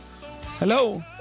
Hello